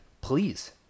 please